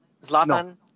Zlatan